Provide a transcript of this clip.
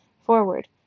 Forward